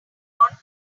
camping